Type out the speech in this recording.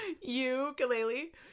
Ukulele